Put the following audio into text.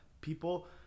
people